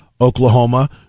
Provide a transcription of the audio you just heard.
Oklahoma